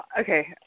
okay